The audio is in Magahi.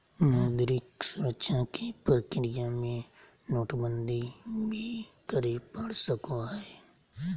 मौद्रिक सुधार के प्रक्रिया में नोटबंदी भी करे पड़ सको हय